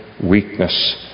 weakness